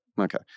okay